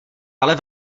ale